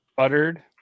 Buttered